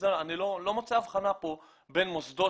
אני לא מוצא הבחנה פה בין מוסדות